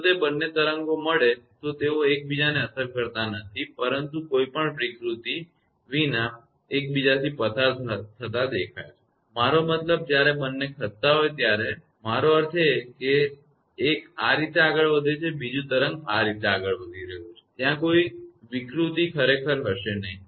જો તે બંને તરંગો મળે તો તેઓ એકબીજાને અસર કરતા નથી પરંતુ કોઈ પણ વિકૃતિ વિના એકબીજાથી પસાર થતા દેખાય છે મારો મતલબ જ્યારે બંને ખસતા હોય ત્યારે મારો અર્થ એ છે કે જો એક આ રીતે આગળ વધે છે તો બીજુ તરંગ આ રીતે આગળ વધી રહયુ છે ત્યાં કોઈ વિકૃતિ ખરેખર હશે નહીં